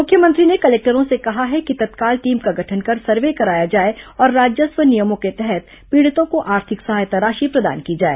मुख्यमंत्री ने कलेक्टरों से कहा है कि तत्काल टीम का गठन कर सर्वे कराया जाए और राजस्व नियमों के तहत पीड़ितों को आर्थिक सहायता राशि प्रदान की जाए